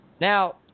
Now